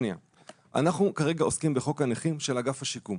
אנחנו כרגע עוסקים בחוק הנכים של אגף השיקום.